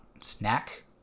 snack